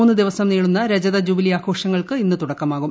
മൂന്ന് ദിവസം നീളുന്ന രജത ജൂബിലി ആഘോഷങ്ങൾക്ക് ഇന്ന് തുടക്കമാകും